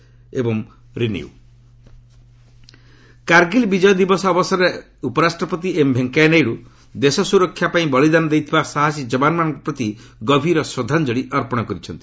ନାଇଡୁ ରାହୁଲ କାର୍ଗୀଲ୍ କାର୍ଗୀଲ୍ ବିଜୟ ଦିବସ ଅବସରରେ ଉପରାଷ୍ଟପତି ଏମ୍ ଭେଙ୍କୟା ନାଇଡ଼ ଦେଶ ସ୍ୱରକ୍ଷା ପାଇଁ ବଳୀଦାନ ଦେଇଥିବା ସାହସୀ ଯବାନମାନଙ୍କ ପ୍ରତି ଗଭୀର ଶ୍ରଦ୍ଧାଞ୍ଜଳୀ ଅର୍ପଣ କରିଛନ୍ତି